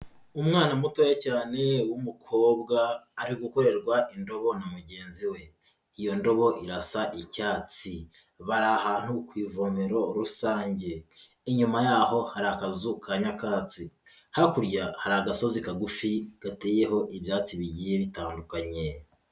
Umwana mutoya cyane w'umukobwa ari gukorerwa indobo na mugenzi we, iyo ndobo irasa icyatsi, bari ahantu ku ivomero rusange, inyuma yaho hari akazu ka nyakatsi, hakurya hari agasozi kagufi gateyeho ibyatsi bigiye bitandukanye.